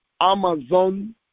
Amazon